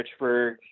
Richburg